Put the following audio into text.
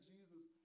Jesus